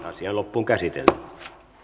asian käsittely päättyi